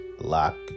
lock